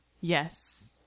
Yes